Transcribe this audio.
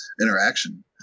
interaction